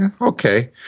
okay